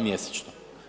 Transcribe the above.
mjesečno?